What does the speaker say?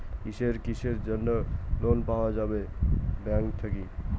কিসের কিসের জন্যে লোন পাওয়া যাবে ব্যাংক থাকি?